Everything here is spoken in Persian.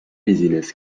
بیزینس